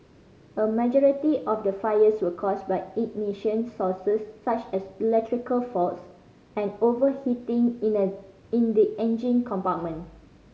a majority of the fires were caused by ignition sources such as electrical faults and overheating in the in the engine compartment